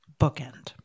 bookend